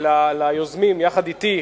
ליוזמים יחד אתי,